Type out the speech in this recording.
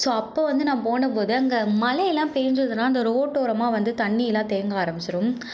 so அப்போது வந்து நான் போன போது அங்கே மழையெல்லாம் பெஞ்சதுன்னா அந்த ரோட்டோரமாக வந்து தண்ணியெலாம் தேங்க ஆரம்பிச்சுடும்